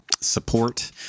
support